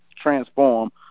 transform